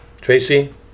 Tracy